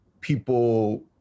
people